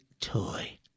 toy